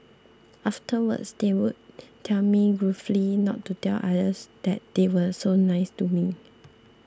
afterwards they would tell me gruffly not to tell others that they were so nice to me